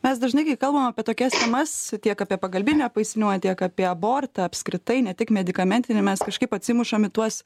mes dažnai kalbam apie tokias sumas tiek apie pagalbinį apvaisinimą tiek apie abortą apskritai ne tik medikamentinį mes kažkaip atsimušam į tuos